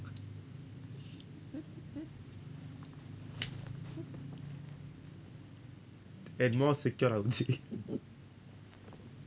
and more secured I would say